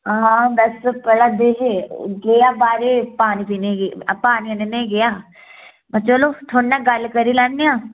हां बस पढ़ा दे हे गेआ बाह्रै गी पानी पीने गी पानी आह्नने गी गेआ पर चलो थोआढ़े नै गल्ल करी लैन्ने आं